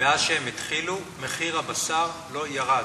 מאז שהם התחילו, מחיר הבשר לא ירד,